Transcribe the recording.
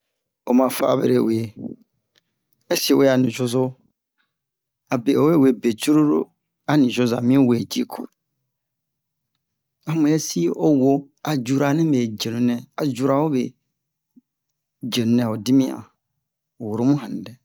o ma fa'a bere u'e ɛseke u'e a nucozo abe o we wee be curulu a nucoza mi wee ji kuwa a muyɛsi o wo a jura nibe jenu nɛ a jura hobe jenu ho dimiyan woro mu hanni dɛ